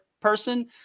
person